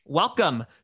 Welcome